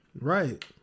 Right